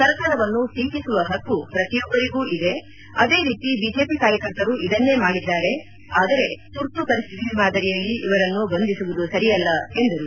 ಸರ್ಕಾರವನ್ನು ಟೀಕಿಸುವ ಹಕ್ಕು ಪ್ರತಿಯೊಬ್ಬರಿಗೂ ಇದೆ ಅದೇ ರೀತಿ ಬಿಜೆಪಿ ಕಾರ್ಯಕರ್ತರು ಇದನ್ನೇ ಮಾಡಿದ್ದಾರೆ ಆದರೆ ತುರ್ತು ಪರಿಸ್ಟಿತಿ ಮಾದರಿಯಲ್ಲಿ ಇವರನ್ನು ಬಂಧಿಸುವುದು ಸರಿಯಲ್ಲ ಎಂದರು